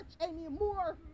anymore